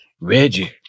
Reggie